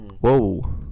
Whoa